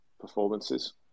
performances